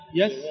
yes